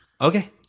Okay